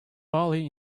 bali